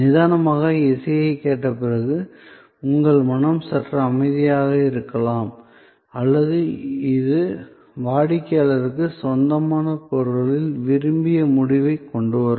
நிதானமான இசையைக் கேட்ட பிறகு உங்கள் மனம் சற்று அமைதியாக இருக்கலாம் அல்லது இது வாடிக்கையாளருக்குச் சொந்தமான பொருட்களில் விரும்பிய முடிவைக் கொண்டுவரும்